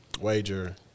Wager